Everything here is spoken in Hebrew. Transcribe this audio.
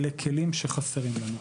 אלה כלים שחסרים לנו.